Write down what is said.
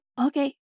okay